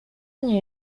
nie